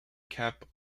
capped